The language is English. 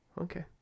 Okay